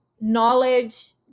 knowledge